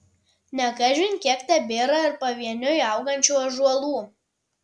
ne kažin kiek tebėra ir pavieniui augančių ąžuolų